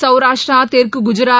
சௌராஷ்டரா தெற்கு குஜராத்